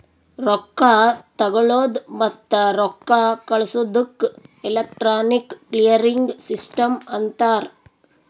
ರೊಕ್ಕಾ ತಗೊಳದ್ ಮತ್ತ ರೊಕ್ಕಾ ಕಳ್ಸದುಕ್ ಎಲೆಕ್ಟ್ರಾನಿಕ್ ಕ್ಲಿಯರಿಂಗ್ ಸಿಸ್ಟಮ್ ಅಂತಾರ್